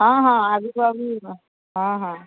ହଁ ହଁ ଆଗକୁ ହଁ ହଁ